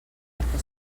perquè